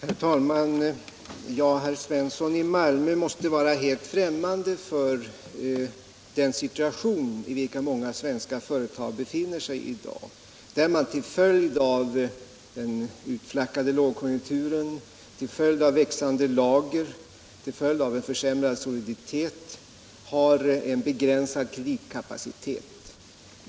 Nr 129 Herr talman! Herr Svensson i Malmö tycks vara helt främmande för den situation i vilken många svenska företag befinner sig i dag, där man till följd av den utflackade lågkonjunkturen, växande lager och en försämrad soliditet har en begränsad kreditkapacitet.